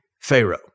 Pharaoh